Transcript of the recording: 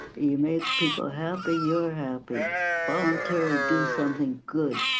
you made people happy, you're happy. volunteer to do something good.